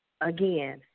again